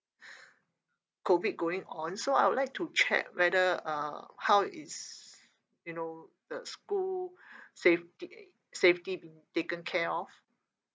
COVID going on so I would like to check whether uh how is you know the school safety safety be taken care of